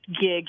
gig